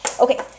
Okay